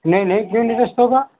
नहीं नहीं